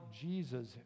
Jesus